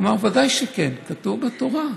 הוא אמר: ודאי שכן, כתוב בתורה.